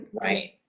Right